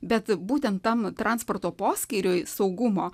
bet būtent tam transporto poskyriui saugumo